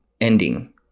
ending